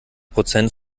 prozent